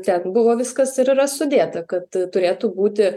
ten buvo viskas ir yra sudėta kad turėtų būti